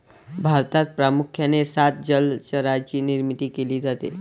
भारतात प्रामुख्याने सात जलचरांची निर्मिती केली जाते